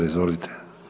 Izvolite.